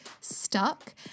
stuck